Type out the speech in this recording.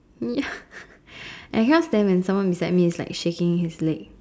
ya I cannot stand when someone beside me is like shaking his leg